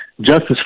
Justice